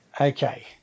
Okay